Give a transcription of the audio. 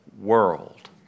world